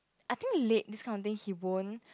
I think he late this kind of thing he won't